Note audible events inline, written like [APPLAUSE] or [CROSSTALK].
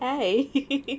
eh [LAUGHS]